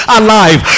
alive